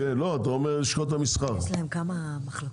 יש להם כמה מחלקות.